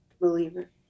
believer